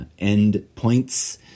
endpoints